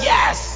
Yes